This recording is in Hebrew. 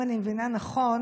אם אני מבינה נכון,